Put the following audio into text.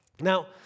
Now